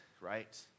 right